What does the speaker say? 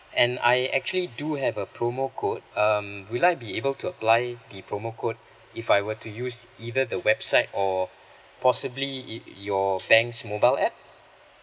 and I actually do have a promo code um will I be able to apply the promo code if I were to use either the website or possibly it your banks mobile app